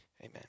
Amen